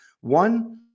One